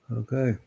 okay